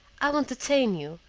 i won't detain you,